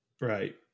Right